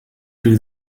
threw